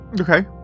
Okay